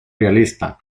realista